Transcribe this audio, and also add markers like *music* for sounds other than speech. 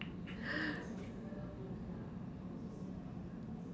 *noise*